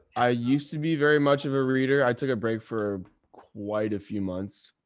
i used to be very much of a reader. i took a break for quite a few months.